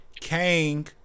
Kang